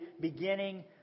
beginning